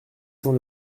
sans